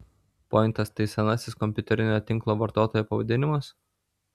pointas tai senasis kompiuterinio tinklo vartotojo pavadinimas